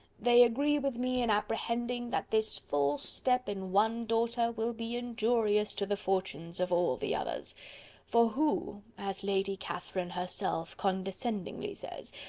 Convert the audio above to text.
they agree with me in apprehending that this false step in one daughter will be injurious to the fortunes of all the others for who, as lady catherine herself condescendingly says,